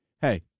hey